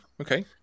Okay